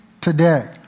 today